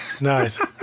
Nice